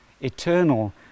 Eternal